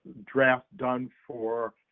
draft done for,